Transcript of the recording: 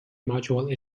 module